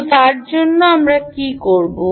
তো তার জন্য আমি কী করব